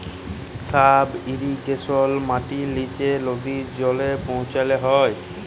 sub ইরিগেশলে মাটির লিচে লদী জলে পৌঁছাল হ্যয়